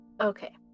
Okay